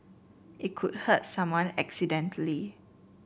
it could hurt someone accidentally